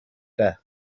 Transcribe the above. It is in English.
death